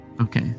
Okay